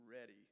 ready